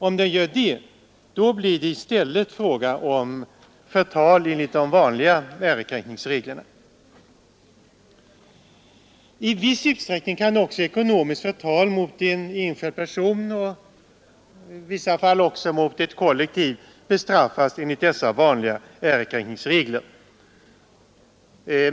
Om det gör det, blir det i stället fråga om förtal enligt de vanliga ärekränkningsreglerna. I viss utsträckning kan också ekonomiskt förtal mot en enskild person och i vissa fall också mot ett kollektiv bestraffas enligt vanliga ärekränkningsregler.